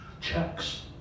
checks